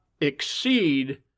exceed